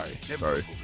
Sorry